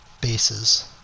bases